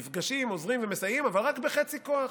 נפגשים, עוזרים, מסייעים, אבל רק בחצי כוח.